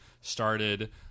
started